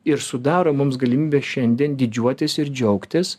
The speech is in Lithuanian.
ir sudaro mums galimybę šiandien didžiuotis ir džiaugtis